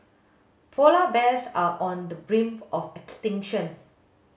polar bears are on the brink of extinction